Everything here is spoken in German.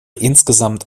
insgesamt